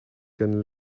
can